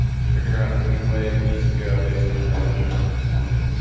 you figure out which way it needs to go based on your measurement when you